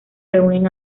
reúnen